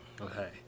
Okay